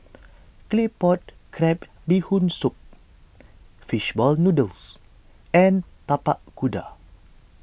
Claypot Crab Bee Hoon Soup Fish Ball Noodles and Tapak Kuda